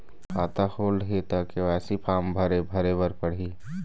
खाता होल्ड हे ता के.वाई.सी फार्म भरे भरे बर पड़ही?